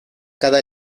cada